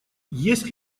есть